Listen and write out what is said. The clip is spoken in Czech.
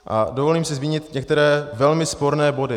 A dovolím si zmínit některé velmi sporné body.